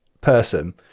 person